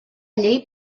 llei